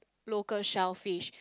local shellfish